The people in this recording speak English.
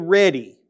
ready